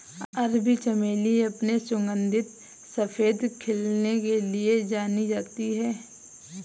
अरबी चमेली अपने सुगंधित सफेद खिलने के लिए जानी जाती है